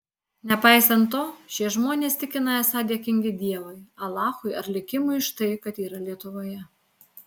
nepaisant to šie žmonės tikina esą dėkingi dievui alachui ar likimui už tai kad yra lietuvoje